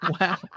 Wow